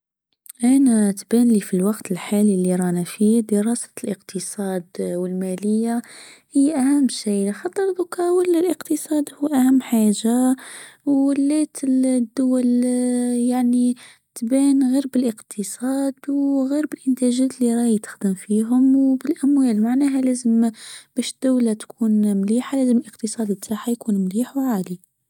انا تبانلى في الوقت الحالي لي راني فيه دراسة الإقتصاد والمالية هي أهم شيء خطر البوكا والاقتصادي هو أهم حاجة وليت الدول يعني تبان غير بالإقتصاد وغير بالإنتاجات لي راى تخدم فيهم وبالأموال معناها لازم باش الدولة تكون مليحة لازم الإقتصاد بتاعها يكون مليح وعالي.